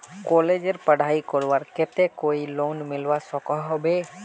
कॉलेजेर पढ़ाई करवार केते कोई लोन मिलवा सकोहो होबे?